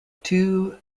two